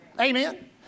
Amen